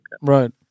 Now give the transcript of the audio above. Right